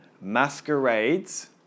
masquerades